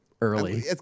early